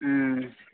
हुँ